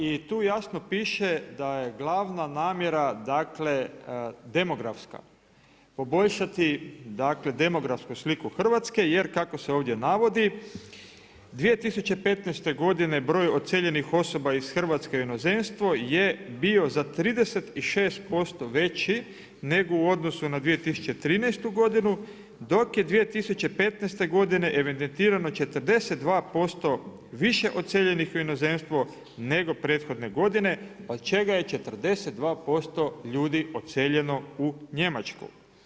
I tu jasno piše da je glavna namjera, dakle demografska poboljšati dakle demografsku sliku Hrvatske, jer kako se ovdje navodi 2015. godine broj odseljenih osoba iz Hrvatske u inozemstvo je bio za 36% veći nego u odnosu na 2013. godinu, tok je 2015. godine evidentirano 42% više odseljenih u inozemstvo nego prethodne godine od čega je 42% ljudi odseljeno u Njemačku.